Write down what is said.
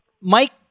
Mike